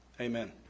Amen